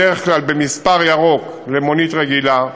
בדרך כלל במספר ירוק למונית רגילה.